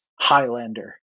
Highlander